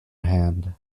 hand